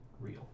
real